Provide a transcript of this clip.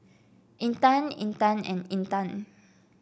Intan Intan and Intan